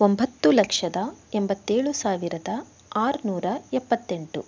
ಒಂಬತ್ತು ಲಕ್ಷದ ಎಂಬತ್ತೇಳು ಸಾವಿರದ ಆರುನೂರ ಎಪ್ಪತ್ತೆಂಟು